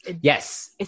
Yes